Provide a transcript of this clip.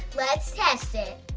let's test it.